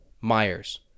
Myers